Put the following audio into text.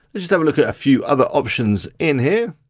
just have a look at a few other options in here.